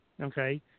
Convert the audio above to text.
okay